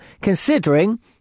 considering